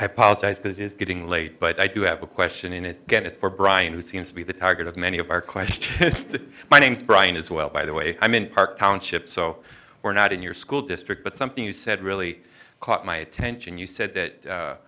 i apologize this is getting late but i do have a question and it gets for bryan who seems to be the target of many of our questions my name's brian as well by the way i mean park township so we're not in your school district but something you said really caught my attention you said that